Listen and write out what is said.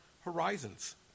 horizons